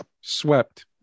Swept